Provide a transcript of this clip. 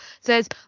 says